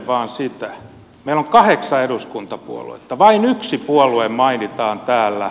meillä on kahdeksan eduskuntapuoluetta vain yksi puolue mainitaan täällä